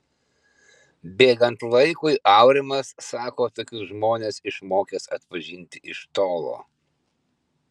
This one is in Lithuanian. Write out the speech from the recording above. bėgant laikui aurimas sako tokius žmones išmokęs atpažinti iš tolo